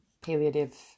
palliative